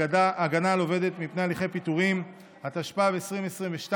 הגנה על עובדת מפני הליכי פיטורים), התשפ"ב 2022,